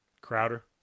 Crowder